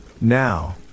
Now